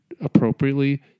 Appropriately